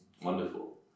wonderful